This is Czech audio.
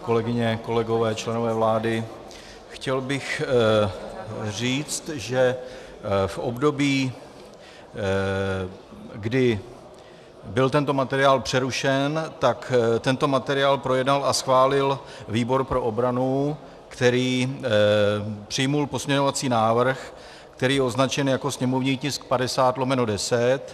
Kolegyně, kolegové, členové vlády, chtěl bych říci, že v období, kdy byl tento materiál přerušen, tento materiál projednal a schválil výbor pro obranu, který přijal pozměňovací návrh, který je označen jako sněmovní tisk 50/10.